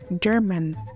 German